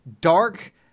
dark